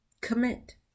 Commit